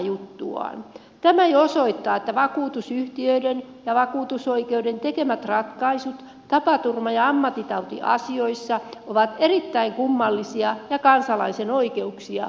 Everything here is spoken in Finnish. tämä jo osoittaa että vakuutusyhtiöiden ja vakuutusoikeuden tekemät ratkaisut tapaturma ja ammattitautiasioissa ovat erittäin kummallisia ja kansalaisen oikeuksia on poljettu